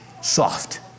soft